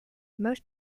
most